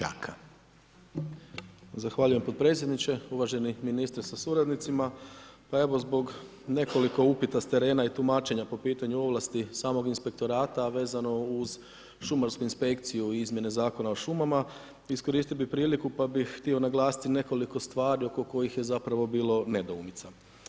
Zahvaljujem potpredsjedniče, uvaženi ministre sa suradnicima, evo zbog nekoliko upita s terena i tumačenja po pitanju ovlasti samog inspektorata a vezano uz šumarsku inspekciju i izmjene Zakona o šumama, iskoristio bi priliku pa bi htio naglasiti nekoliko stvari oko kojih je bilo nedoumica.